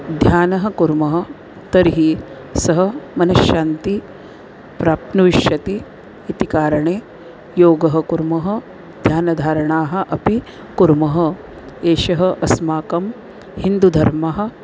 ध्यानम् कुर्मः तर्हि सः मनश्शान्तिः प्राप्नुष्यति इति कारणे योगः कुर्मः ध्यानधारणाः अपि कुर्मः एषः अस्माकं हिन्दुधर्मः